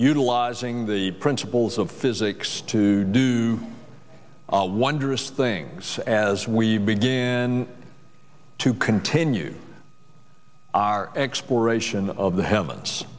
utilizing the principles of physics to do wondrous things as we began to continue our exploration of the he